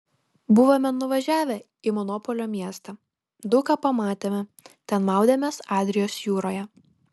buvome nuvažiavę į monopolio miestą daug ką pamatėme ten maudėmės adrijos jūroje